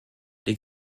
les